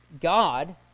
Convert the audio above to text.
God